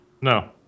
No